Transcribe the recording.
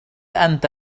أنت